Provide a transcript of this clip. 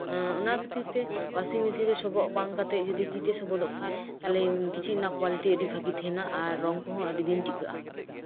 ᱚᱱᱟ ᱠᱷᱟᱹᱛᱤᱨᱛᱮ ᱳᱣᱟᱥᱤᱝ ᱢᱮᱥᱤᱱᱨᱮ ᱥᱚᱵᱚᱜ ᱵᱟᱝ ᱠᱟᱛᱮᱫ ᱡᱚᱫᱤ ᱛᱤᱛᱮ ᱥᱚᱵᱚᱫᱚᱜ ᱠᱷᱟᱱ ᱛᱟᱦᱞᱮ ᱠᱤᱪᱨᱤᱪ ᱨᱮᱭᱟᱜ ᱠᱳᱣᱟᱞᱤᱴᱤ ᱟᱹᱰᱤ ᱵᱷᱟᱹᱜᱤ ᱛᱟᱦᱮᱱᱟ ᱟᱨ ᱨᱚᱝ ᱠᱚᱣᱟᱜ ᱠᱳᱣᱟᱞᱤᱴᱤ ᱟᱹᱰᱤ ᱫᱤᱱ ᱴᱤᱠᱟᱹᱜᱼᱟ